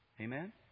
Amen